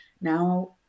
now